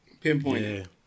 pinpoint